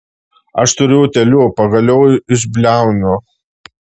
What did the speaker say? aš turiu utėlių pagaliau išbliaunu